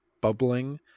bubbling